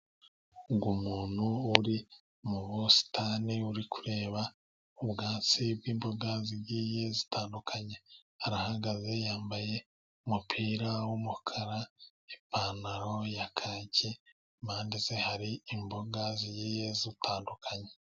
Uyu muntu uri mu busitani, uri kureba ubwatsi bw'imboga zigiye zitandukanye. Arahagaze yambaye umupira w'umukara, n'ipantaro ya kaki, impande ye hari imboga zigiye zitandukanye.